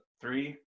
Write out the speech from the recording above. three